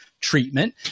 treatment